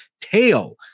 tail